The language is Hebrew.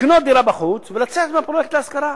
לקנות דירה בחוץ ולצאת מהפרויקט להשכרה.